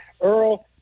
Earl